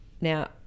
Now